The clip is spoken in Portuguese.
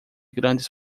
grandes